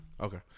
Okay